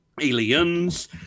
Aliens